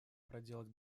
проделать